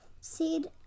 seed